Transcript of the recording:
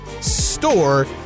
store